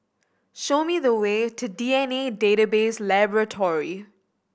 show me the way to D N A Database Laboratory